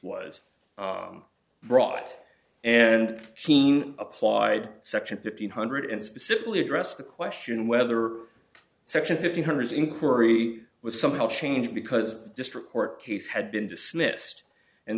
was brought and seen applied section fifteen hundred specifically addressed the question whether section fifty hunters inquiry was somehow changed because the district court case had been dismissed and